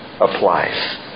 applies